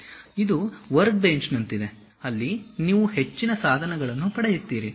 ಇದು ವರ್ಕ್ಬೆಂಚ್ನಂತಿದೆ ಅಲ್ಲಿ ನೀವು ಹೆಚ್ಚಿನ ಸಾಧನಗಳನ್ನು ಪಡೆಯುತ್ತೀರಿ